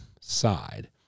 side